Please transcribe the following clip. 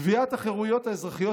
"קביעת החירויות האזרחיות